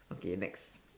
okay next